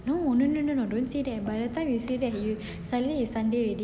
no no no no don't say that by the time you said that suddenly it's sunday already